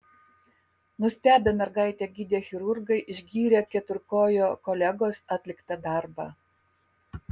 nustebę mergaitę gydę chirurgai išgyrė keturkojo kolegos atliktą darbą